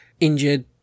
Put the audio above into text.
injured